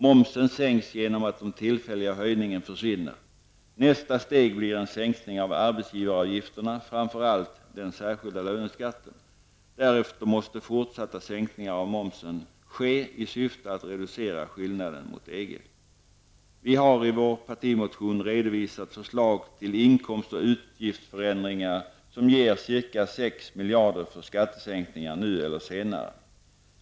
Momsen sänks genom att den tillfälliga höjningen försvinner. Nästa steg blir en sänkning av arbetsgivaravgifterna, framför allt den särskilda löneskatten. Därefter måste fortsatta sänkningar av momsen ske i syfte att reducera skillnaden mot EG. Vi har i vår partimotion redovisat ett förslag till inkomst och utgiftsförändringar som ger ca 6 miljarder för skattesänkningar nu eller senare.